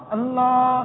Allah